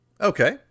Okay